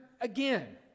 again